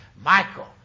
Michael